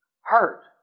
hurt